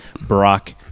Brock